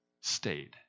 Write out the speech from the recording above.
stayed